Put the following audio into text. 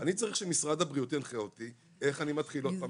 אני צריך שמשרד הבריאות ינחה אותי איך אני מתחיל עוד פעם